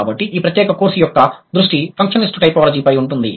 కాబట్టి ఈ ప్రత్యేక కోర్సు యొక్క దృష్టి ఫంక్షనల్ టైపోలాజీపై ఉంటుంది